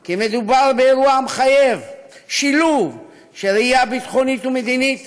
כי מדובר באירוע המחייב שילוב של ראייה ביטחונית ומדינית